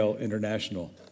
International